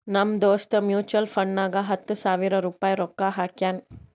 ನಮ್ ದೋಸ್ತ್ ಮ್ಯುಚುವಲ್ ಫಂಡ್ನಾಗ್ ಹತ್ತ ಸಾವಿರ ರುಪಾಯಿ ರೊಕ್ಕಾ ಹಾಕ್ಯಾನ್